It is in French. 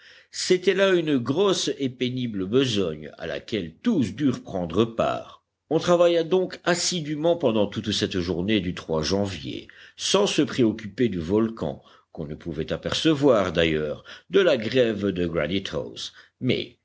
c'était là une grosse et pénible besogne à laquelle tous durent prendre part on travailla donc assidûment pendant toute cette journée du janvier sans se préoccuper du volcan qu'on ne pouvait apercevoir d'ailleurs de la grève de granite house mais